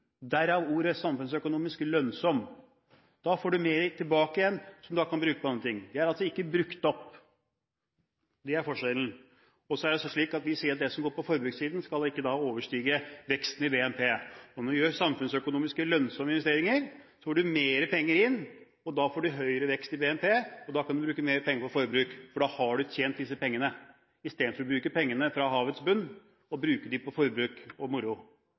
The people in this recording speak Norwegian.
lønnsom». Da får du mer tilbake, som du da kan bruke på andre ting. De er altså ikke brukt opp. Det er forskjellen. Så sier vi at det som går på forbrukssiden, ikke skal overstige veksten i BNP, og når du gjør samfunnsøkonomiske, lønnsomme justeringer, får du mer penger inn, og da får du en høyere vekst i BNP, og da kan du bruke mer penger på forbruk, for da har du tjent disse pengene – i stedet for å bruke pengene fra havets bunn på forbruk og moro. Det er en ansvarlig økonomisk politikk. Dagens økonomiske politikk og